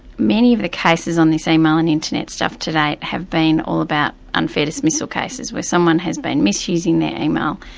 many of the cases on this email and internet stuff to date have been all about unfair dismissal cases, where someone has been misusing their email,